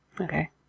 Okay